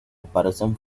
aparecen